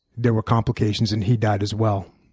there were complications and he died, as well.